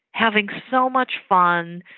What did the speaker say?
having so much fun.